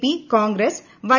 P Congress Y